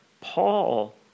Paul